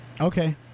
okay